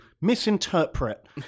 misinterpret